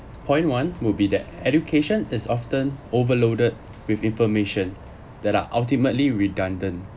point one would be that education is often overloaded with information that are ultimately redundant